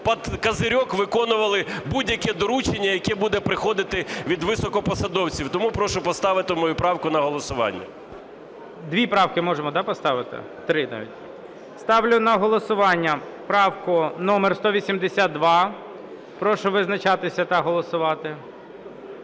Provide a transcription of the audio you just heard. "под козырек" виконували будь-яке доручення, яке буде приходити від високопосадовців. Тому прошу поставити мою правку на голосування. ГОЛОВУЮЧИЙ. Дві правки можемо, так, поставити, три навіть. Ставлю на голосування правку номер 182. Прошу визначатися та голосувати.